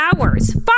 hours